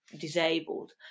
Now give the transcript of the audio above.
disabled